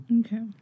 Okay